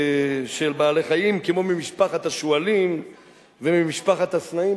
כמו ממשפחת השועלים וממשפחת הסנאים.